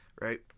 Right